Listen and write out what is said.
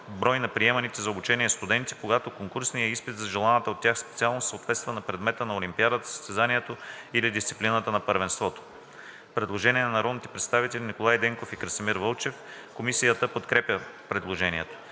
брой на приеманите за обучение студенти, когато конкурсният изпит за желаната от тях специалност съответства на предмета на олимпиадата, състезанието или дисциплината на първенството.“ Предложение на народните представители Николай Денков и Красимир Вълчев. Комисията подкрепя предложението.